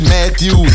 Matthew